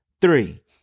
three